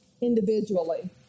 individually